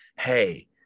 hey